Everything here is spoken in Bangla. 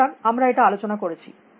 সুতরাং আমরা এটা আলোচনা করেছি